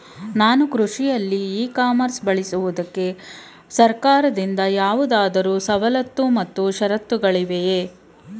ನಾನು ಕೃಷಿಯಲ್ಲಿ e commerce ಬಳಸುವುದಕ್ಕೆ ಸರ್ಕಾರದಿಂದ ಯಾವುದಾದರು ಸವಲತ್ತು ಮತ್ತು ಷರತ್ತುಗಳಿವೆಯೇ?